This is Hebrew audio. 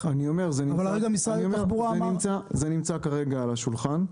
אבל הרגע משרד התחבורה אמר --- זה נמצא כרגע על השולחן,